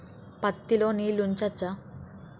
పత్తి లో నీళ్లు ఉంచచ్చా?